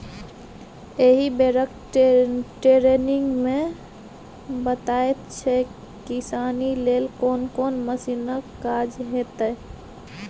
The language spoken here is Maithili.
एहि बेरक टिरेनिंग मे बताएत जे किसानी लेल कोन कोन मशीनक काज हेतै